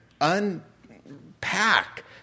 unpack